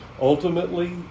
ultimately